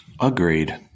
Agreed